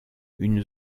une